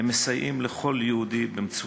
הם מסייעים לכל יהודי במצוקתו,